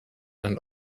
and